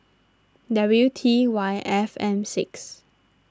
W T Y F M six